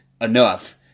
enough